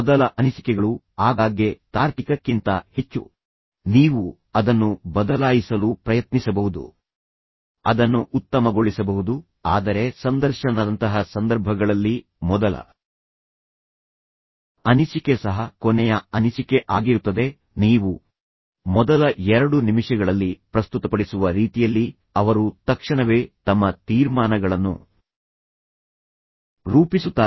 ಮೊದಲ ಅನಿಸಿಕೆಗಳು ಆಗಾಗ್ಗೆ ತಾರ್ಕಿಕಕ್ಕಿಂತ ಹೆಚ್ಚು ನೀವು ಅದನ್ನು ಬದಲಾಯಿಸಲು ಪ್ರಯತ್ನಿಸಬಹುದು ಅದನ್ನು ಉತ್ತಮಗೊಳಿಸಬಹುದು ಆದರೆ ಸಂದರ್ಶನದಂತಹ ಸಂದರ್ಭಗಳಲ್ಲಿ ಮೊದಲ ಅನಿಸಿಕೆ ಸಹ ಕೊನೆಯ ಅನಿಸಿಕೆ ಆಗಿರುತ್ತದೆ ನೀವು ಮೊದಲ ಎರಡು ನಿಮಿಷಗಳಲ್ಲಿ ಪ್ರಸ್ತುತಪಡಿಸುವ ರೀತಿಯಲ್ಲಿ ಅವರು ತಕ್ಷಣವೇ ತಮ್ಮ ತೀರ್ಮಾನಗಳನ್ನು ರೂಪಿಸುತ್ತಾರೆ